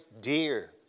dear